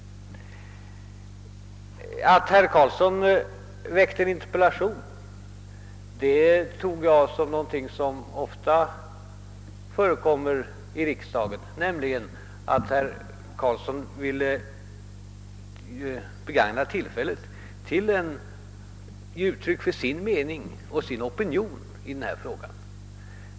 Att herr Carlsson väckte en interpellation uppfattade jag så att herr Carlsson ville få ett tillfälle att ge uttryck för sin mening i denna fråga, vilket ofta förekommer i riksdagen.